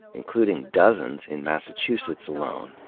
including dozens in massachusetts alone.